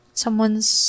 someone's